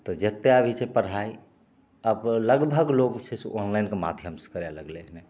तऽ जतऽ भी छै पढ़ाइ आब लगभग लोक छै से ऑनलाइनके माध्यमसे करै लगलै हँ